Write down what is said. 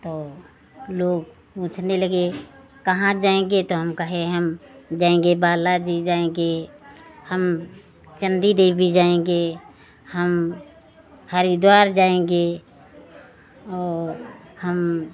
तो लोग पूछने लगे कहाँ जाएँगे तो हम कहे हम जाएँगे बालाजी जाएँगे हम चण्डी देवी जाएँगे हम हरिद्वार जाएँगे और हम